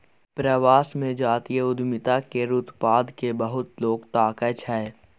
प्रवास मे जातीय उद्यमिता केर उत्पाद केँ बहुत लोक ताकय छै